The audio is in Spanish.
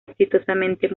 exitosamente